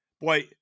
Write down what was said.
Boy